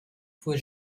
fuhr